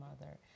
mother